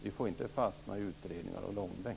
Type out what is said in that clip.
Vi får inte fastna i utredningar och långbänk.